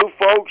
folks